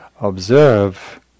observe